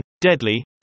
Deadly